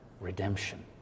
redemption